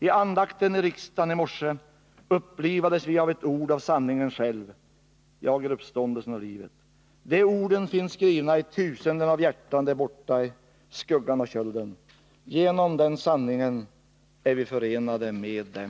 I andakten här i riksdagen i morse upplivades vi av ett ord av Sanningen själv: Jag är vägen, uppståndelsen och livet. De orden finns skrivna i tusenden av hjärtan där borta i skuggan och kölden — genom den sanningen är vi förenade med dem.